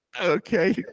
Okay